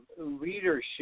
leadership